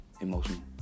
Emotional